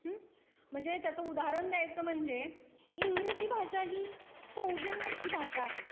म्हणजे त्याचं उदाहरण द्यायचं म्हणजे इंग्रजी भाषा ही सौजन्याची भाषा आहे